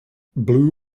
blue